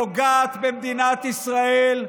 פוגעת במדינת ישראל,